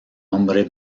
hombre